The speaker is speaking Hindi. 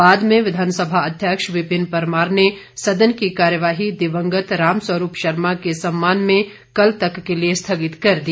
बाद में विधानसभा अध्यक्ष विपिन परमार ने सदन की कार्यवाही दिवंगत राम स्वरूप शर्मा के सम्मान में कल तक के लिए स्थगित कर दी